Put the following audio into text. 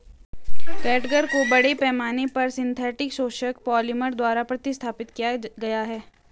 catgut को बड़े पैमाने पर सिंथेटिक शोषक पॉलिमर द्वारा प्रतिस्थापित किया गया है